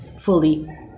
fully